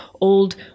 old